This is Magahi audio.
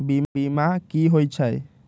बीमा कि होई छई?